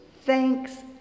thanks